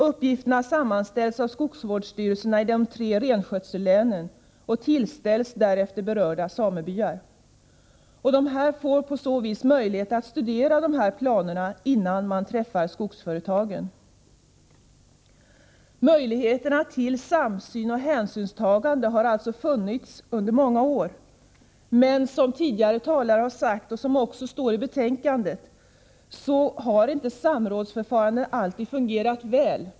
Uppgifterna sammanställs av skogsvårdsstyrelserna i de tre renskötsellänen och tillställs därefter berörda samebyar. Dessa får på så vis möjlighet att studera planerna innan man träffar skogsföretagen. Möjligheterna till samsyn och hänsynstagande har alltså funnits under många år. Men som tidigare talare har sagt och som också står i betänkandet har samrådsförfarandet inte alltid fungerat väl.